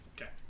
Okay